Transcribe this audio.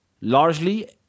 largely